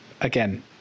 again